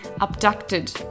abducted